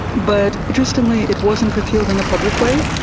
but interestingly it wasn't repealed in a public way.